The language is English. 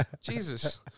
Jesus